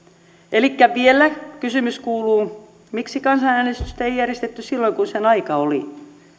elikkä vielä kysymys kuuluu miksi kansanäänestystä ei järjestetty silloin kun sen aika oli